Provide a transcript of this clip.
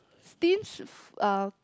stinge f~ uh